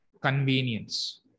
convenience